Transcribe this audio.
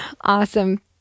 Awesome